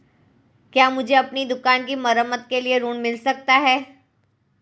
क्या मुझे अपनी दुकान की मरम्मत के लिए ऋण मिल सकता है?